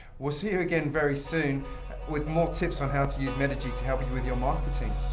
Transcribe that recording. we'll see you again very soon with more tips on how to use metigy to help you with your marketing.